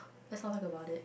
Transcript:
that sound like about it